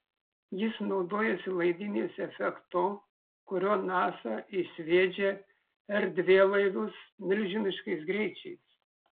jis naudojasi laidynės efektu kuriuo nasa išsviedžia erdvėlaivius milžiniškais greičiais